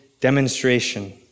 demonstration